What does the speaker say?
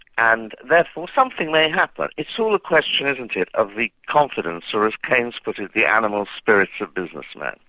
and therefore something may happen. it's all a question, isn't it, of the confidence or, as keynes put it, the animal spirits of businessmen.